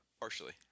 Partially